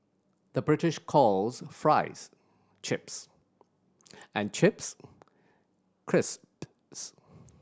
the British calls fries chips and chips crisps